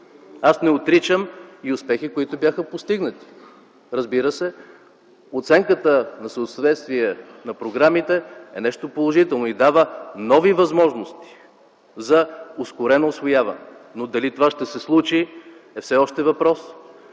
Аз не отричам и успехи, които бяха постигнати, разбира се. Оценката, вследствие на програмите, е нещо положително и дава нови възможности за ускорено усвояване, но дали това ще се случи е все още въпрос.